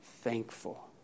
thankful